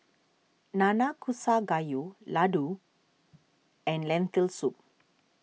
Nanakusa Gayu Ladoo and Lentil Soup